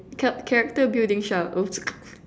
cha~ character building shah oh